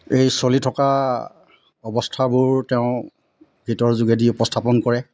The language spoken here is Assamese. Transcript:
এই চলি থকা অৱস্থাবোৰ তেওঁ গীতৰ যোগেদি উপস্থাপন কৰে